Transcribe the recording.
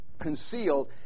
concealed